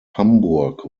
hamburg